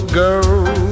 girl